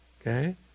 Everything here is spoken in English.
Okay